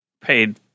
paid